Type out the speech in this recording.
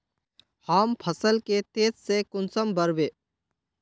हम फसल के तेज से कुंसम बढ़बे?